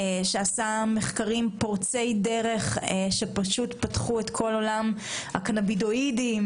שעשה מחקרים פורצי דרך שפתחו את כל עולם הקנבידואידים,